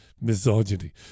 misogyny